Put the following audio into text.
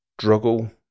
struggle